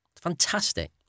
Fantastic